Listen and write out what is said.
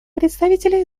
представителя